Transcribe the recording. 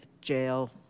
jail